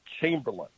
Chamberlain